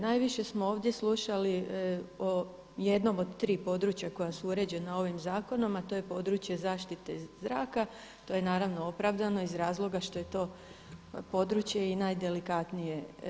Najviše smo ovdje slušali o jednom od tri područja koja su uređena ovim zakonom a to je područje zaštite zraka, to je naravno opravdano iz razloga što je to područje i najdelikatnije.